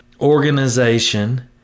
organization